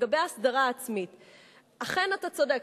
לגבי ההסדרה העצמית, אכן, אתה צודק.